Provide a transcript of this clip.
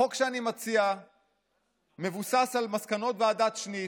החוק שאני מציע מבוסס על מסקנות ועדת שניט,